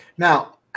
Now